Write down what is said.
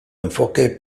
enfoque